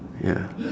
ya